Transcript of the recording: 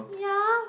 yeah